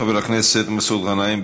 חבר הכנסת מסעוד גנאים,